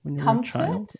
Comfort